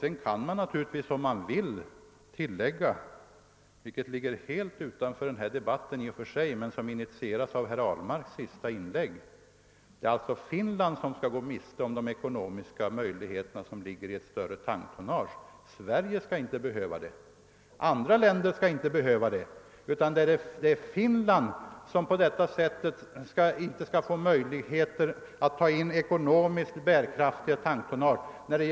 Sedan kan man naturligtvis om man så vill tillägga — vilket i och för sig ligger helt utanför denna debatt men togs upp av herr Ahlmark i hans senaste inlägg — att det alltså är Finland som skall gå miste om de ekonomiska fördelar som ligger i att ha ett ekonomiskt bärkraftigt tanktonnage. Sverige skall inte behöva göra det. Andra länder skall inte heller behöva göra det.